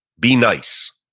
be nice.